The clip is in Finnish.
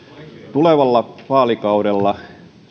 tulevalla vaalikaudella